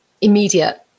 immediate